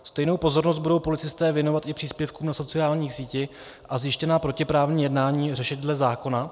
Stejnou pozornost budou policisté věnovat i příspěvkům na sociální síti a zjištěná protiprávní jednání řešit dle zákona.